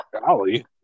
Golly